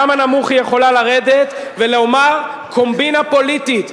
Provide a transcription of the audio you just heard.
כמה נמוך היא יכולה לרדת, ולומר: קומבינה פוליטית?